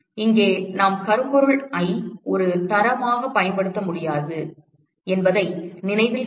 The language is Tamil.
இங்கே நாம் கரும்பொருள் ஐ ஒரு தரமாக பயன்படுத்த முடியாது என்பதை நினைவில் கொள்க